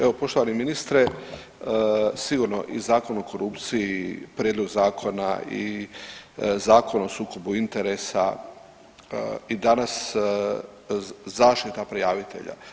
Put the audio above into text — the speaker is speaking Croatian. Evo poštovani ministre, sigurno i Zakon o korupciji, prijedlog zakona i Zakon o sukobu interesa i danas zaštita prijavitelja.